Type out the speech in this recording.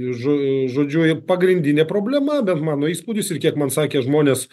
žo žodžiu i pagrindinė problema bent mano įspūdis ir kiek man sakė žmonės